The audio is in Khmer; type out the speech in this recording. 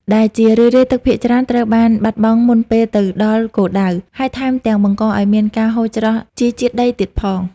ដែលជារឿយៗទឹកភាគច្រើនត្រូវបានបាត់បង់មុនពេលទៅដល់គោលដៅ ហើយថែមទាំងបង្កឱ្យមានការហូរច្រោះជីជាតិដីទៀតផង។